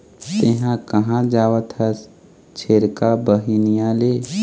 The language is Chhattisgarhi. तेंहा कहाँ जावत हस छेरका, बिहनिया ले?